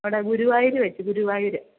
അവിടെ ഗുരുവായൂർ വെച്ച് ഗുരുവായൂർ